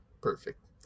Perfect